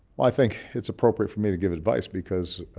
i think it's appropriate for me to give advice because